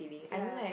ya